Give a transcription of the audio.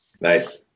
Nice